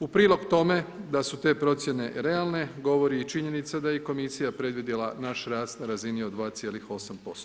U prilog tome, da su te procijene realne, govori i činjenica da je i Komisija predvidjela naš rast na razini od 2,8%